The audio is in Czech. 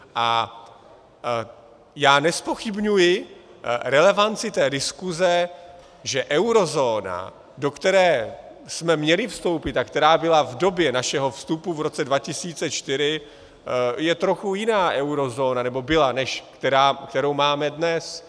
A já nezpochybňuji relevanci té diskuze, že eurozóna, do které jsme měli vstoupit a která byla v době našeho vstupu v roce 2004, je trochu jiná eurozóna, nebo byla, než kterou máme dnes.